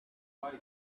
wise